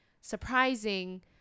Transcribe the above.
surprising